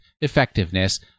effectiveness